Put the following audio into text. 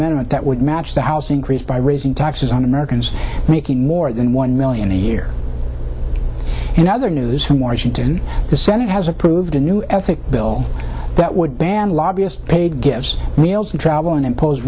amendment that would match the house increase by raising taxes on americans making more than one million a year in other news from washington the senate has approved a new ethics bill that would ban lobbyist paid gives wheels in travel and impose